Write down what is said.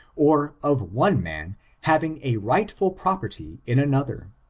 or of one man having a rightful property in another.